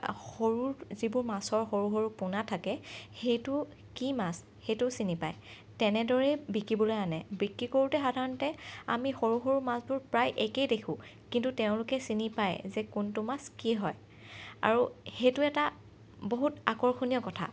সৰু যিবোৰ মাছৰ সৰু সৰু পোনা থাকে সেইটো কি মাছ সেইটোও চিনি পায় তেনেদৰেই বিকিবলৈ আনে বিক্ৰী কৰোঁতে সাধাৰণতে আমি সৰু সৰু মাছবোৰ প্ৰায় একেই দেখোঁ কিন্তু তেওঁলোকে চিনি পায় যে কোনটো মাছ কি হয় আৰু সেইটো এটা বহুত আকৰ্ষণীয় কথা